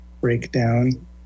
breakdown